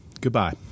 Goodbye